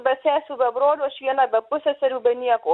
be sesių be brolių aš viena be pusseserių be nieko